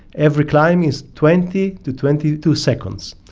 every climb is twenty to twenty two seconds.